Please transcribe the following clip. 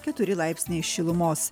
keturi laipsniai šilumos